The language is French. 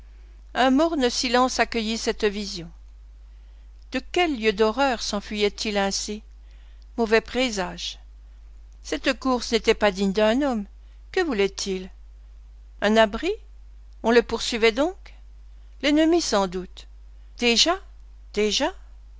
un morne silence accueillit cette vision de quel lieu d'horreur senfuyait il ainsi mauvais présage cette course n'était pas digne d'un homme que voulait-il un abri on le poursuivait donc l'ennemi sans doute déjà déjà